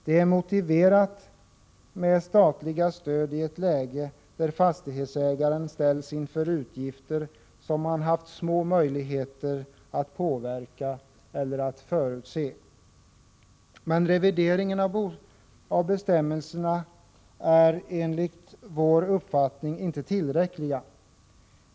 Det är motiverat med statliga stöd i ett läge när fastighetsägaren ställs inför utgifter som han haft små möjligheter att påverka eller att förutse. Men revideringen av bestämmelserna är enligt vår uppfattning inte tillräckligt omfattande.